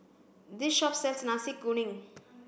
this shop sells Nasi Kuning